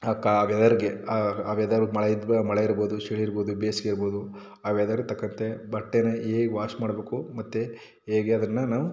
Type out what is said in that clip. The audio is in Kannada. ಆ ವೆದರ್ಗೆ ಆ ವೆದರ್ ಮಳೆ ಮಳೆ ಇರಬಹುದು ಚಳಿ ಇರಬಹುದು ಬೇಸಿಗೆ ಇರಬಹುದು ಆ ವೆದರ್ ತಕ್ಕಂತೆ ಬಟ್ಟೆನ ಹೇಗೆ ವಾಶ್ ಮಾಡಬೇಕು ಮತ್ತು ಹೇಗೆ ಅದನ್ನು ನಾವು